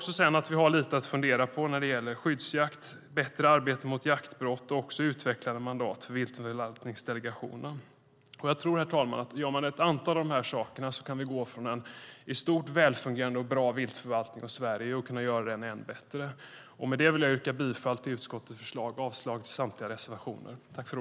Sedan finns det lite att fundera över när det gäller skyddsjakt, bättre arbete mot jaktbrott och att utveckla mandat för viltförvaltningsdelegationerna. Herr talman! Om ett antal av dessa saker genomförs kan vi gå från en i stort välfungerande och bra viltförvaltning i Sverige till att göra den än bättre. Med detta yrkar jag bifall till utskottets förslag och avslag på samtliga reservationer.